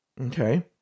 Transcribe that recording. Okay